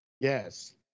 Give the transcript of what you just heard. yes